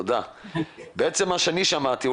בעצם מה ששמעתי,